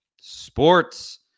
Sports